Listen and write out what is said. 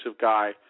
guy